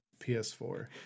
PS4